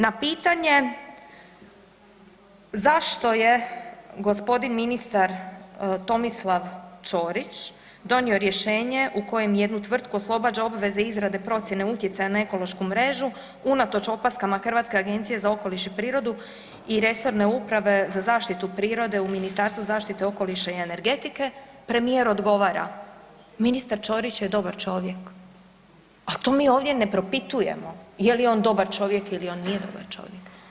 Na pitanje zašto je g. ministar Tomislav Ćorić donio rješenje u kojem jednu tvrtku oslobađa obveze izrade procijene utjecaja na ekološku mrežu unatoč opaskama Hrvatske agencije za okoliš i prirodu i resorne uprave za zaštitu prirode u Ministarstvu zaštite okoliša i energetike, premijer odgovara ministar Ćorić je dobar čovjek, a to mi ovdje ne propitujemo je li on dobar čovjek ili on nije dobar čovjek.